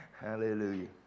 Hallelujah